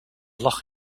lag